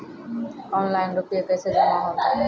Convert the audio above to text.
Online रुपये कैसे जमा होता हैं?